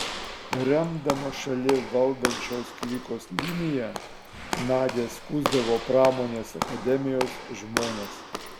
remdama šalį valdančios klikos liniją nadia skųsdavo pramonės akademijos žmones